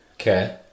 Okay